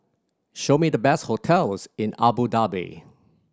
show me the best hotels in Abu Dhabi